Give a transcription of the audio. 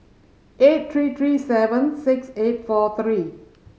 eight three three seven six eight four three